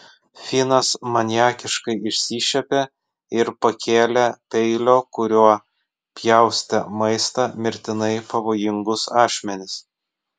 finas maniakiškai išsišiepė ir pakėlė peilio kuriuo pjaustė maistą mirtinai pavojingus ašmenis